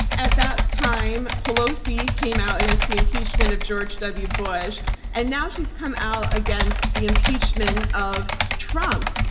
at that time, pelosi came out against the impeachment of george w. bush and now she's come out against the impeachment of trump.